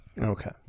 Okay